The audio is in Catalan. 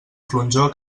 flonjor